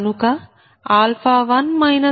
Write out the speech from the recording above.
కనుక 1 20